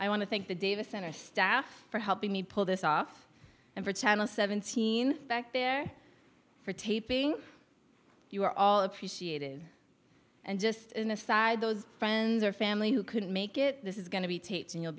i want to thank the davis center staff for helping me pull this off and for channel seventeen back there for taping you were all appreciative and just an aside those friends or family who couldn't make it this is going to be taped and you'll